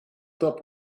top